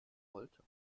wollte